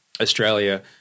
Australia